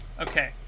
Okay